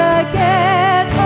again